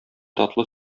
татлы